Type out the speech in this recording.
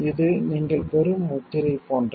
இது நீங்கள் பெறும் முத்திரை போன்றது